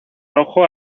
rojo